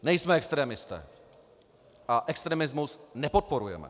Nejsme extremisté a extremismus nepodporujeme.